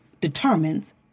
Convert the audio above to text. determines